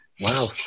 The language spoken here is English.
Wow